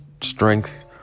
strength